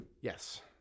Yes